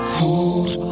hold